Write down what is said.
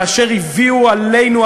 כאשר הביאו עלינו,